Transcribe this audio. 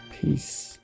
Peace